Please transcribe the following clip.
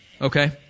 Okay